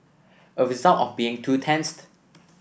a result of being two